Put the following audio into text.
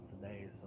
today